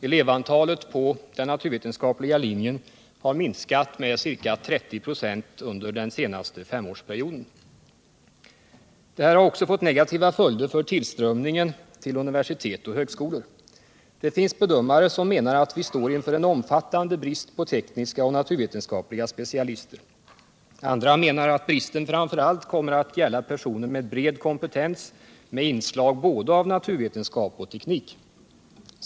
Elevantalet på den naturvetenskapliga linjen har minskat med ca 30 26 under den senaste femårsperioden. Detta har också fått negativa följder för tillströmningen till naturvetenskapliga och tekniska utbildningar vid universitet och högskolor. Det finns bedömare som menar att vi står inför en omfattande brist på tekniska och naturvetenskapliga specialister. Andra menar att bristen framför allt kommer att gälla personer med bred kompetens med inslag av både naturvetenskap och teknik.